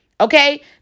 Okay